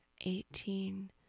eighteen